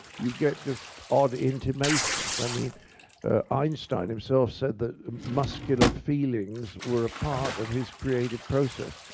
you get just odd intimations. i mean einstein himself said that muscular feelings were a part of his creative process.